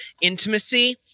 intimacy